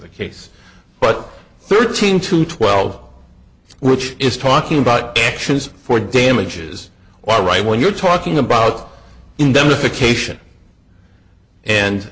the case but thirteen to twelve which is talking about actions for damages or right when you're talking about ind